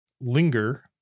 Linger